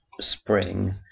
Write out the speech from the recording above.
Spring